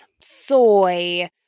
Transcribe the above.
soy